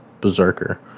berserker